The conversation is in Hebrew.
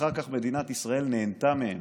ואחר כך מדינת ישראל נהנתה מהם